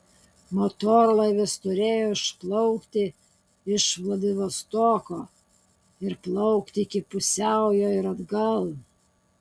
motorlaivis turėjo išplaukti iš vladivostoko ir plaukti iki pusiaujo ir atgal